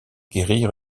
guérir